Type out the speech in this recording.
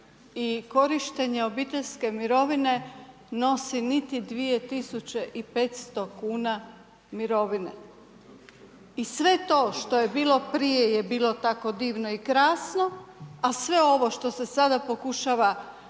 i korištenja obiteljske mirovine, nose niti 2500 mirovine. I sve to što je bilo prije je bilo tako divno i krasno, a sve ovo što se sada pokušava promijeniti